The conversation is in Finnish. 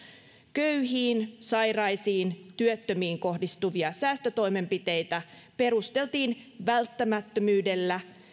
köyhiin sairaisiin työttömiin kohdistuvia säästötoimenpiteitä perusteltiin välttämättömyydellä